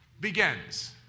begins